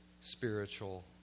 spiritual